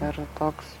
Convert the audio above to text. ir toks